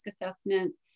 assessments